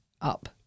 up